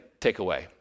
takeaway